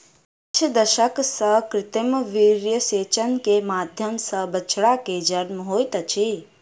किछ दशक सॅ कृत्रिम वीर्यसेचन के माध्यम सॅ बछड़ा के जन्म होइत अछि